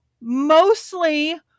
mostly